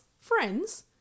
friends